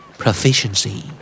Proficiency